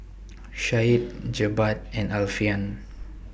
Syed Jebat and Alfian